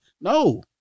No